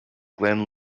glenn